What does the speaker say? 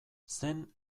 zen